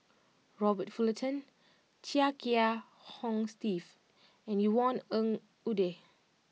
Robert Fullerton Chia Kiah Hong Steve and Yvonne Ng Uhde